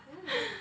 I don't know